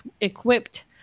equipped